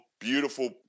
beautiful